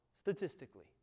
statistically